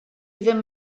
ddim